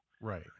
right